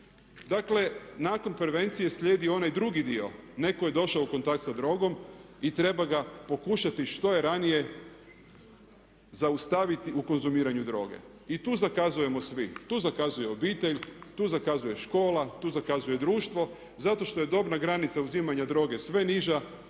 Dakle, nakon prevencije slijedi onaj drugi dio. Netko je došao u kontakt sa drogom i treba ga pokušati što je ranije zaustaviti u konzumiranju droge. I tu zakazujemo svi. Tu zakazuje obitelj, tu zakazuje škola, tu zakazuje društvo zato što je dobna granica uzimanja droge sve niža.